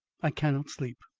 i cannot sleep.